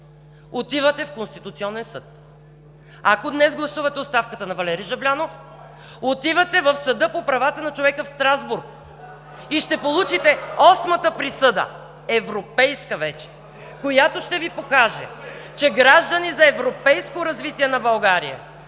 отивате в Конституционния съд. Ако днес гласувате оставката на Валери Жаблянов, отивате в Съда по правата на човека в Страсбург и ще получите осмата присъда (шум и реплики от ГЕРБ), европейска вече, която ще Ви покаже, че „Граждани за европейско развитие на България“